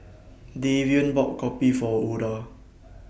Davian bought Kopi For Oda